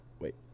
wait